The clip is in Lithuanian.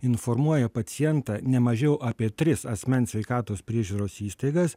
informuoja pacientą ne mažiau apie tris asmens sveikatos priežiūros įstaigas